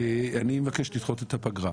אני מבקש לדחות את הפגרה,